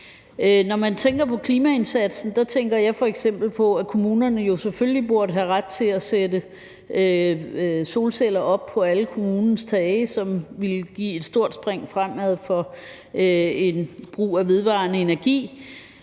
Når jeg tænker på klimaindsatsen, tænker jeg f.eks. på, at kommunerne jo selvfølgelig burde have ret til at sætte solceller op på alle kommunens tage, hvilket ville give et stort spring fremad for brugen af vedvarende energi,